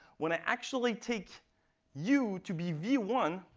when i actually take u to be v one,